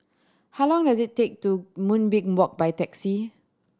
how long does it take to Moonbeam Walk by taxi